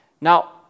Now